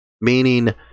Meaning